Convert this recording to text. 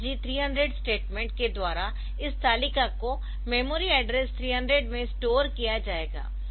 ORG 300 statement के द्वारा इस तालिका को मेमोरी एड्रेस 300 से स्टोर किया जाएगा